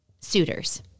suitors